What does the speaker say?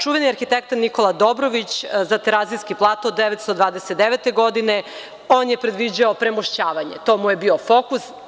Čuveni arhitekta Nikola Dobrović za Terazijski plato 1929. godine je predviđao premošćavanje, to mu je bio fokus.